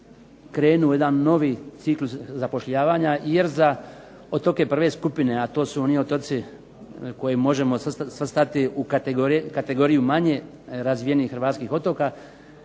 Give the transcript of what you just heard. krenu u jedan novi ciklus zapošljavanja jer za otoke prve skupine, a to su oni otoci koje možemo svrstati u kategoriju manje razvijenih otoka,